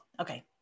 okay